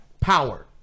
power